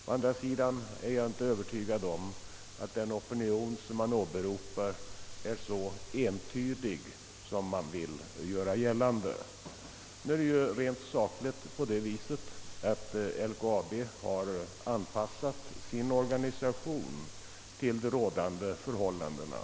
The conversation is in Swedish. Å andra sidan är jag inte övertygad om att den opinion som här åberopats är så entydig som man vill göra gällande. Nu är det rent sakligt så, att LKAB har anpassat sin organisation till de rådande förhållandena.